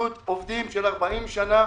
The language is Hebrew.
עובדים שעובדים 40 שנים,